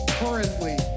currently